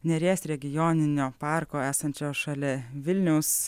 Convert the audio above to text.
neries regioninio parko esančio šalia vilniaus